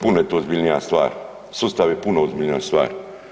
Puno je to ozbiljnija stvar, sustav je puno ozbiljnija stvar.